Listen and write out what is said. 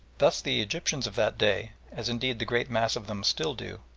thus the egyptians of that day, as indeed the great mass of them still do,